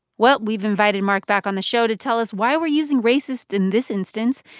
well, we've invited mark back on the show to tell us why we're using racist in this instance,